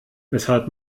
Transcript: weshalb